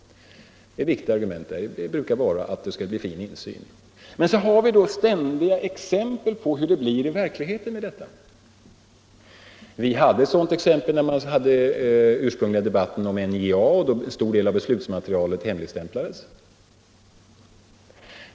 Det viktigaste argumentet till detta är att det skulle bli fin insyn. Men det finns ständiga exempel på hur det blir i verkligheten. Vi hade ett sådant exempel när den ursprungliga debatten om Stålverk 80 fördes och då en stor del av beslutsmaterialet hemligstämplades.